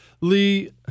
Lee